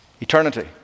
Eternity